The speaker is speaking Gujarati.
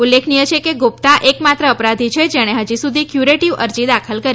ઉલ્લેખનીય છેકે ગુપ્તા એકમાત્ર અપરાધી છે જેણે હજુ સુધી ક્યુરેટીવ અરજી દાખલ કરી નથી